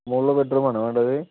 മുകളിൽ ബെഡ്റൂമാണോ വേണ്ടത്